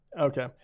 Okay